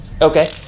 Okay